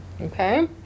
Okay